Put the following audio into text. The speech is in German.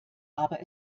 aber